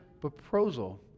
proposal